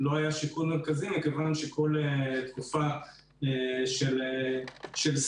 לא היה שיקול מרכזי מכיוון שכל תקופה של סגר